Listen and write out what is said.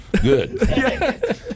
Good